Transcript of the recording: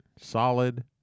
Solid